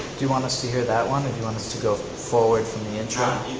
do you want us to hear that one, or do you want us to go forward from the and